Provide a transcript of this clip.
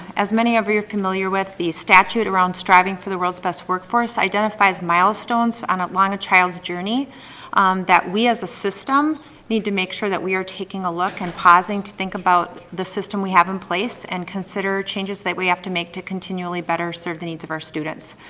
as many of you are familiar with, the statute around striving for the world's best workforce identifies milestones on a child's journey that we as a system need to make sure that we are taking a look and pausing to think about the system we have in place and consider changes that we have to make to continually better serve the needs of our students.